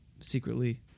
secretly